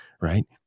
right